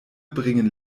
bringen